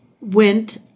went